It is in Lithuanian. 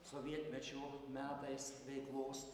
sovietmečiu metais veiklos